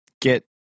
get